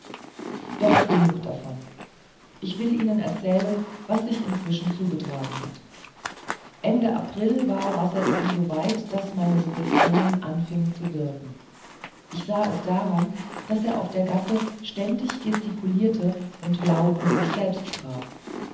doch genug davon ich will ihnen erzählen was sich inzwischen zugetragen hat ende april war wassertrum so weit daß meine suggestion anfing zu wirken ich sah es daran daß er auf der gasse beständig gestikulierte und laut mit sich selbst sprach